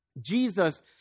Jesus